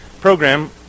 program